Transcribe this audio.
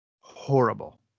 horrible